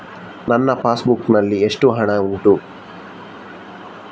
ನನ್ನ passbook ನಲ್ಲಿ ಎಷ್ಟು ಹಣ ಉಂಟು?